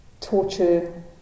torture